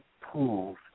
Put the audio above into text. pools